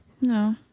No